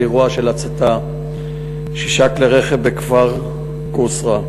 אירוע של הצתת שישה כלי רכב בכפר קוצרא.